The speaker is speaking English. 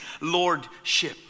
lordship